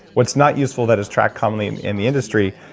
what's not useful, that is tracked commonly in the industry,